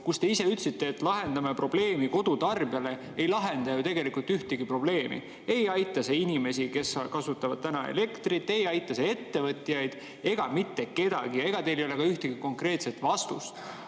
kohta te ise ütlesite, et lahendate kodutarbija probleemi, ei lahenda ju tegelikult ühtegi probleemi. Ei aita see inimesi, kes kasutavad elektrit, ei aita see ettevõtjaid ega mitte kedagi. Ega teil ei ole ka ühtegi konkreetset vastust. Aga